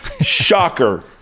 Shocker